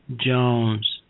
Jones